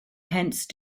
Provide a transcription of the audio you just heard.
hence